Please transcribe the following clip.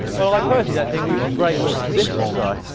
well i personally don't think we should break with tradition, cy,